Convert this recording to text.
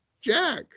Jack